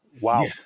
Wow